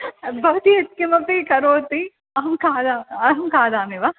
भवती यत्किमपि करोति अहं खादामि अहं खादामि वा